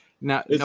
Now